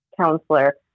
counselor